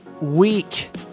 week